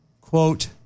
Quote